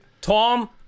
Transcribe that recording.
Tom